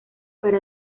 para